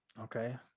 Okay